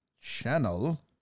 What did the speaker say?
Channel